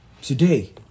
Today